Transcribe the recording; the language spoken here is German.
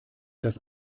das